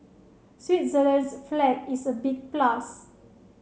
Switzerland's flag is a big plus